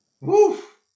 Woof